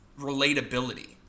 relatability